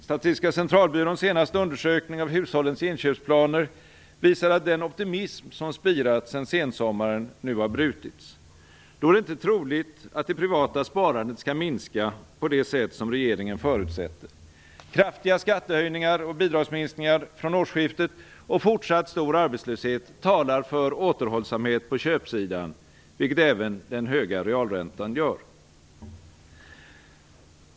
Statistiska centralbyråns senaste undersökning av hushållens inköpsplaner visar att den optimism som spirat sedan sensommaren nu har brutits. Då är det inte troligt att det privata sparandet skall minska på det sätt som regeringen förutsätter. Kraftiga skattehöjningar och bidragsminskningar från årsskiftet och fortsatt stor arbetslöshet talar för återhållsamhet på köpsidan, vilket även den höga realräntan gör.